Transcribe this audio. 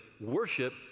worship